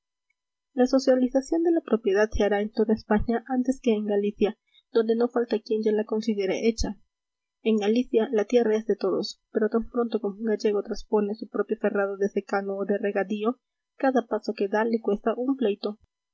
la socialización de la propiedad se hará en toda españa antes que en galicia donde no falta quien ya la considere hecha en galicia la tierra es de todos pero tan pronto como un gallego traspone su propio ferrado de secano o de regadío cada paso que da le cuesta un pleito